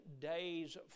days